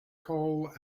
call